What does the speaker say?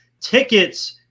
tickets